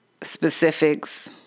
specifics